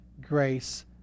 grace